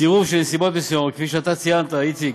צירוף של נסיבות מסוימות, כפי שאתה ציינת, איציק,